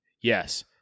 Yes